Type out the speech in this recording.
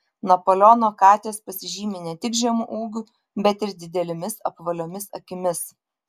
napoleono katės pasižymi ne tik žemu ūgiu bet ir didelėmis apvaliomis akimis